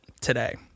today